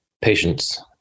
Patience